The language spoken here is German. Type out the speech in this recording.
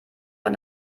von